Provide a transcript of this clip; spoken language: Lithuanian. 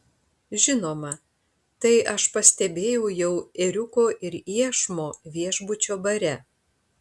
žinoma tai aš pastebėjau jau ėriuko ir iešmo viešbučio bare